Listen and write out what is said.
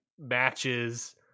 matches